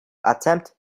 attempt